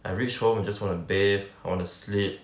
I reach home I just wanna bathe I wanna sleep